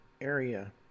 Area